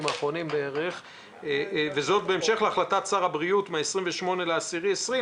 וזאת בהמשך להחלטת שר הבריאות מה-28.10.20,